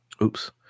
Oops